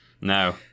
no